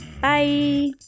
Bye